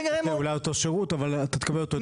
אוקיי אולי אותו שירות אבל אתה תקבל אותו יותר מהר.